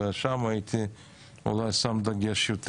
ושם הייתי אולי שם דגש יותר,